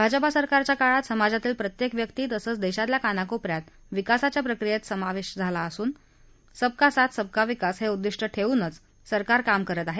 भाजपासरकारच्या काळात समाजातील प्रत्येक व्यक्ती तसंच देशातल्या कानाकोप यात विकासाच्या प्रक्रिकयेत सामील झाला असून सबका साथ सबका विकास हे उद्दिष्ट ठेवूनच सरकार काम करत आहे